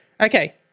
Okay